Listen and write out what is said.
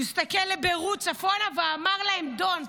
הוא הסתכל אל ביירות צפונה, ואמר להם: ""Don't,